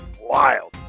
wild